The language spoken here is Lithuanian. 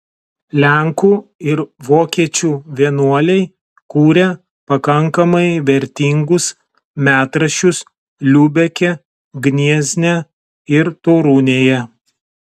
lenkų ir vokiečių vienuoliai kūrė pakankamai vertingus metraščius liubeke gniezne ir torunėje